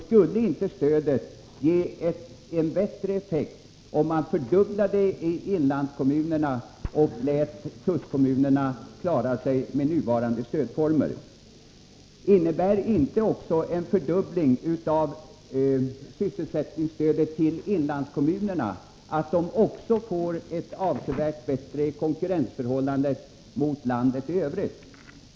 Skulle inte stödet ge en bättre effekt, om man fördubblade det i inlandskommunerna och lät kustkommunerna klara sig med nuvarande stödformer? Och vidare: Innebär inte en fördubbling av sysselsättningsstödet till inlandskommunerna att de också får ett avsevärt bättre konkurrensförhållande gentemot landet i övrigt?